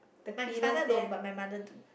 my father don't but my mother do